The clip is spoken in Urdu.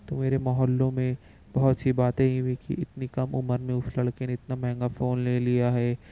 تو میرے محلوں میں بہت سی باتیں یہ ہوئی کہ اتنی کم عمر میں اس لڑکے نے اتنا مہنگا فون لے لیا ہے